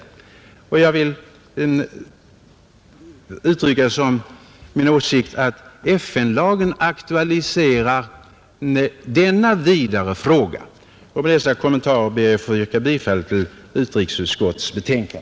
Jag vill som min åsikt uttrycka att FN-lagen aktualiserar denna vidare fråga. Herr talman! Med dessa kommentarer ber jag att få yrka bifall till utrikesutskottets hemställan.